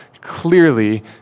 clearly